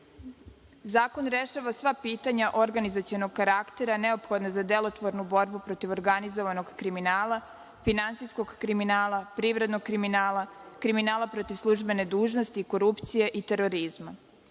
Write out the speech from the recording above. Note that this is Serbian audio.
Zakon rešava sva pitanja organizacionog karaktera neophodna za delotvornu borbu protiv organizovanog kriminala, finansijskog kriminala, privrednog kriminala, kriminala protiv službene dužnosti i korupcije i terorizma. Novim